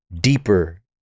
deeper